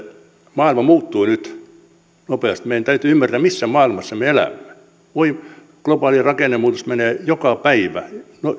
maailma muuttuu nyt nopeasti meidän täytyy ymmärtää missä maailmassa me elämme globaali rakennemuutos menee joka päivä